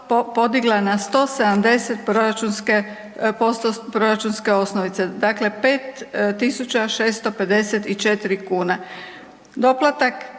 na 170% proračunske osnovice, dakle 5.654,00 kune. Doplatak